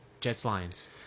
Jets-Lions